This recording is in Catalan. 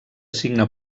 signe